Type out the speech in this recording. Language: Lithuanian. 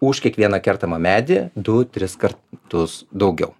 už kiekvieną kertamą medį du tris kartus daugiau